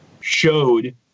showed